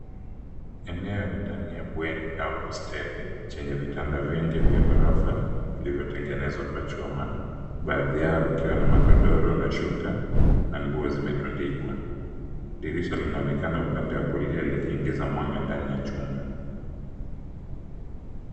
Eneo ni ndani ya bweni au hosteli chenye vitanda vingi vya ghorofa vilivyotengenezwa kwa chuma. Baadhi yao vikiwa na magodoro na shuka na nguo zimetundikwa. Dirisha linaonekana upande wa kulia likiingiza mwanga ndani ya chumba.